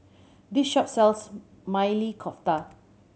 this shop sells Maili Kofta